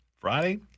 Friday